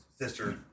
sister